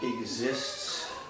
exists